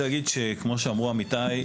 שאמרו עמיתי,